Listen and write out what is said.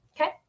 Okay